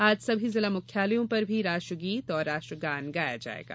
आज सभी जिला मुख्यालयों पर भी राष्ट्रगीत और राष्ट्रगान गाया जायेगा